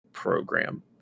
program